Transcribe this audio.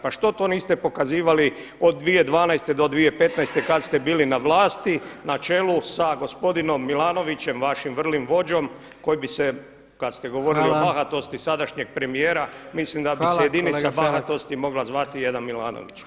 Pa što to niste pokazivali od 2012. do 2015. kad ste bili na vlasti na čelu sa gospodinom Milanovićem, vašim vrlom vođom koji bi se, kad ste govorili o bahatosti [[Upadica Jandroković: Hvala.]] sadašnjeg premijera mislim da bi se jedinica bahatosti mogla zvati „jedan Milanović“